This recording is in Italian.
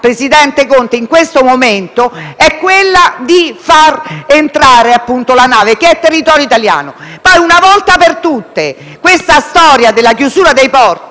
presidente Conte, che in questo momento è quella di far entrare la nave, che è territorio italiano. Poi, una volta per tutte, su questa storia della chiusura dei porti,